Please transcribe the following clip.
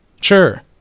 sure